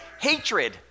hatred